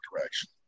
direction